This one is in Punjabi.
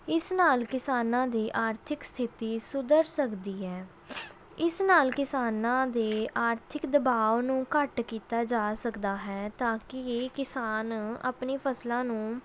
ਇਸ ਨਾਲ ਕਿਸਾਨਾਂ ਦੀ ਆਰਥਿਕ ਸਥਿਤੀ ਸੁਧਰ ਸਕਦੀ ਹੈ ਇਸ ਨਾਲ ਕਿਸਾਨਾਂ ਦੇ ਆਰਥਿਕ ਦਬਾਅ ਨੂੰ ਘੱਟ ਕੀਤਾ ਜਾ ਸਕਦਾ ਹੈ ਤਾਂ ਕਿ ਇਹ ਕਿਸਾਨ ਆਪਣੀਆਂ ਫਸਲਾਂ ਨੂੰ